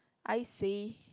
I see